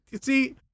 See